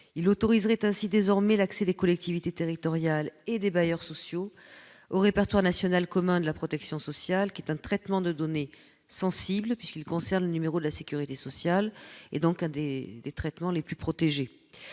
Il autoriserait ainsi désormais l'accès des collectivités territoriales et des bailleurs sociaux au Répertoire national commun de la protection sociale, qui est un traitement de données sensibles puisqu'il concerne le numéro de sécurité sociale, l'un des traitements les plus protégés,